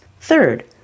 Third